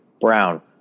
Brown